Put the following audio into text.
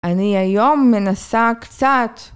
אני היום מנסה קצת.